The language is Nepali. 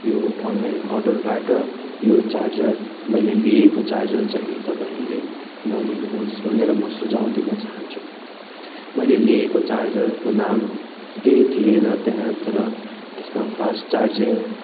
यो अनलाइन अर्डरबाट यो चार्जर मैले लिएको चार्जर चाहिँ तपाईँहरूले नलिनुहोस् भनेर म सुझाउ दिन चाहन्छु मैले लिएको चार्जरको नाम केही थिएन त्यहाँ तर त्यसमा फास्ट चार्जिङ